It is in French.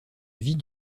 vie